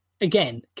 again